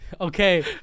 Okay